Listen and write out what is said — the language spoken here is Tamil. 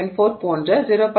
4 போன்ற 0